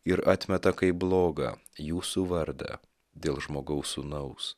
ir atmeta kaip blogą jūsų vardą dėl žmogaus sūnaus